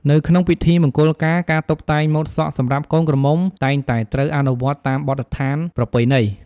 នៅក្នុងពិធីមង្គលការកាតុបតែងម៉ូតសក់សម្រាប់កូនក្រមុំតែងតែត្រូវអនុវត្តតាមបទដ្ឋានប្រពៃណី។